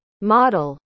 model